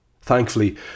Thankfully